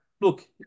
look